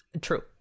True